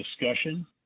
discussion